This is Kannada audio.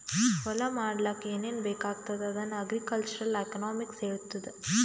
ಹೊಲಾ ಮಾಡ್ಲಾಕ್ ಏನೇನ್ ಬೇಕಾಗ್ತದ ಅದನ್ನ ಅಗ್ರಿಕಲ್ಚರಲ್ ಎಕನಾಮಿಕ್ಸ್ ಹೆಳ್ತುದ್